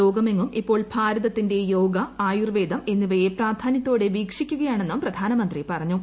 ലോകമെങ്ങും ഇപ്പോൾ ഭാരതത്തിന്റെ യോഗ ആയുർവേദം എന്നിവയെ പ്രധാന്യത്തോടെ വീക്ഷിക്കുകയാണെന്നും പ്രധാനമന്ത്രി പറഞ്ഞു